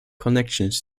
connections